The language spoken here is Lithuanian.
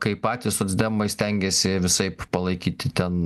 kai patys socdemai stengiasi visaip palaikyti ten